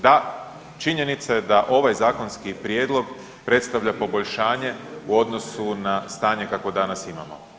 Da, činjenica je da ovaj zakonski prijedlog predstavlja poboljšanje u odnosu na stanje kakvo danas imamo.